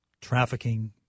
trafficking